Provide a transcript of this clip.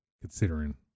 considering